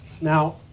Now